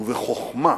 ובחוכמה,